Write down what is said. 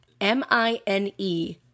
M-I-N-E